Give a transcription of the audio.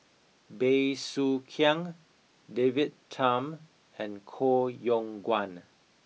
Bey Soo Khiang David Tham and Koh Yong Guan